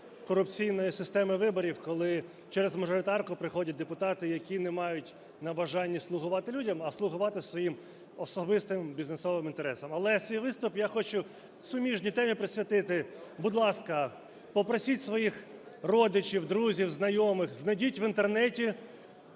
корупційної системи виборів, коли через мажоритарку приходять депутати, які не мають бажання слугувати людям, а слугувати своїм особистим бізнесовим інтересам. Але свій виступ я хочу суміжній темі присвятити. Будь ласка, попросіть своїх родичів, друзів, знайомих, знайдіть в Інтернеті